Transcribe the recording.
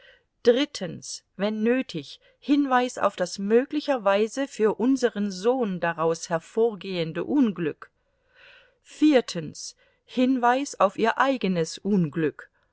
drittens wenn nötig hinweis auf das möglicherweise für unseren sohn daraus hervorgehende unglück viertens hinweis auf ihr eigenes unglück